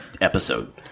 episode